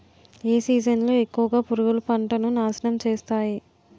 ఏ season లో ఎక్కువుగా పురుగులు పంటను నాశనం చేస్తాయి?